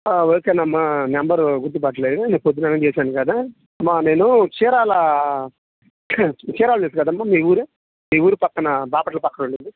ఓకేనమ్మ number గుర్తుపట్టలేదు నేను పొద్దుననగా చేశాను కదా అమ్మ నేను చీరాల చీరాల తెలుసు కదమ్మ మీ ఊరే మీ ఊరు పక్కన బాపట్ల పక్కన ఉంటుంది